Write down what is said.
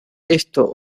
esto